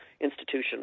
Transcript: institution